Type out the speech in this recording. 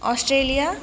Australia